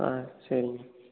ஆ சரிங்க